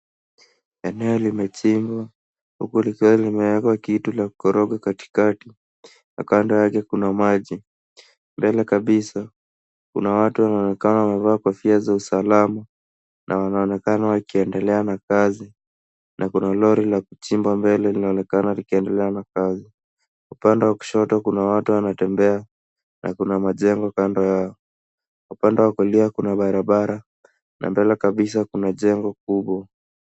Eneo limechimbwa huku likiwa limewekwa kitu la kukoroga katikati, na kando yake kuna maji ,mbele kabisa kuna watu wanaonekana wamevaa kofia za usalama na wanaonekana wakiendelea na kazi ,na kuna lori ya kuchimba mbele linaonekana ikiendelea na kazi. Upande wa kushoto kuna watu wanatembea na kuna majengo kando yao. Upande wa kulia kuna barabara na mbele kabisa kuna jengo kubwa.